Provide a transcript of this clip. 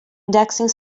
indexing